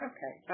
Okay